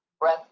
breath